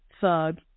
thug